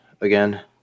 again